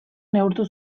neurtu